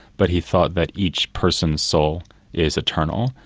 but he thought that each person's soul is eternal.